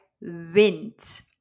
wind